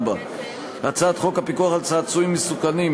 4. הצעת חוק הפיקוח על צעצועים מסוכנים,